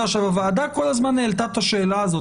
הוועדה כל הזמן העלתה את השאלה הזאת,